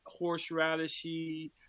horseradishy